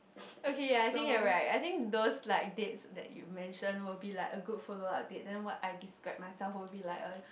okay ya I think you're right I think those like dates that you mentioned will be a good follow up date than what I described myself would be like a